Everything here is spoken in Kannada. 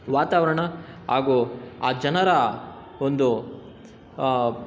ವಾತಾವರಣ ಹಾಗೂ ಆ ಜನರ ಒಂದು